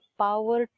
power